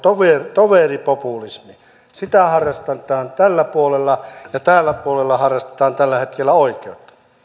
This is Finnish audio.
toveripopulismi sitä harrastetaan tällä puolella ja tällä puolella harrastetaan tällä hetkellä oikeutta